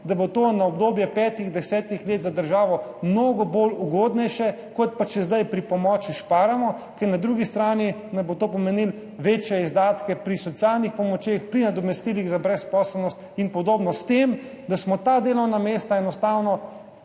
da bo to v obdobju petih, desetih let za državo mnogo bolj ugodnejše, kot pa če zdaj pri pomoči šparamo, ker bo na drugi strani to pomenilo večje izdatke pri socialnih pomočeh, pri nadomestilih za brezposelnost in podobno, s tem, da smo ta delovna mesta enostavno